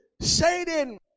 Satan